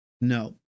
no